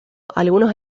algunos